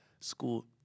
school